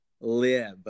live